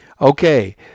Okay